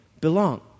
belong